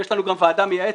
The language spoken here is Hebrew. יש לנו גם ועדה מייעצת,